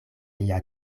lia